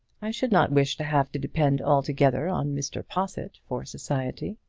i should not wish to have to depend altogether on mr. possitt for society.